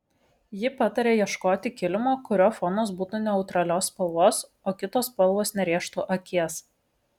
ji pataria ieškoti kilimo kurio fonas būtų neutralios spalvos o kitos spalvos nerėžtų akies